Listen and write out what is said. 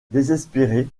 désespérés